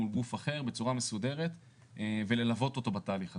אחר בצורה מסודרת וללוות אותו בתהליך הזה.